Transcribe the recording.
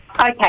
Okay